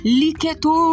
liketo